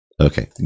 Okay